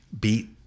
Beat